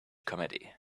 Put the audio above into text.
comedy